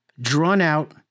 drawn-out